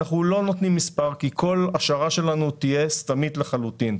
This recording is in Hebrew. אנחנו לא נותנים מספר כי כל השערה שלנו תהיה סתמית לחלוטין.